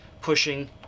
pushing